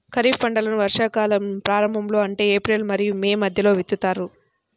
ఖరీఫ్ పంటలను వర్షాకాలం ప్రారంభంలో అంటే ఏప్రిల్ మరియు మే మధ్యలో విత్తుతారు